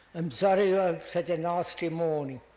i'm sorry you have such a nasty morning.